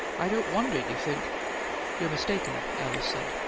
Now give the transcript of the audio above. i don't wonder you think you're mistaken, alice said.